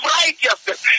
righteousness